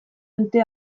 dute